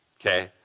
Okay